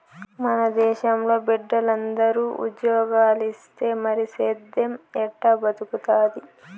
మన దేశంలో బిడ్డలందరూ ఉజ్జోగాలిస్తే మరి సేద్దెం ఎట్టా బతుకుతాది